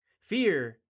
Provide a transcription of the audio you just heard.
Fear